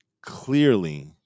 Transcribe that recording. clearly